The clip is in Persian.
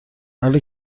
بله